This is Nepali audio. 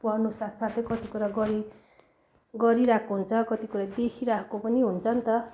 पढ्नु साथसाथै कति कुरा गरी गरिरहेको हुन्छ कति कुरा देखिरहेको पनि हुन्छ नि त